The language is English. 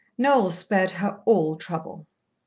noel spared her all trouble.